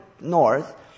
north